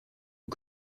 aux